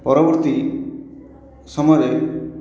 ପରବର୍ତ୍ତୀ ସମୟରେ